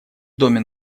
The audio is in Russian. доме